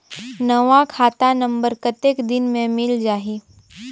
नवा खाता नंबर कतेक दिन मे मिल जाही?